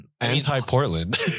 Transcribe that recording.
anti-Portland